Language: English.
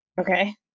Okay